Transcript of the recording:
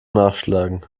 nachschlagen